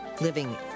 Living